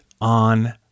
on